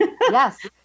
Yes